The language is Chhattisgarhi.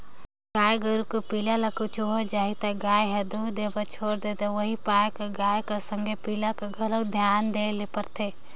गाय गोरु कर पिला ल कुछु हो जाही त गाय हर दूद देबर छोड़ा देथे उहीं पाय कर गाय कर संग पिला कर घलोक धियान देय ल परथे